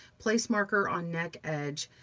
place marker on neck edge,